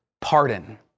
pardon